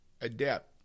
adept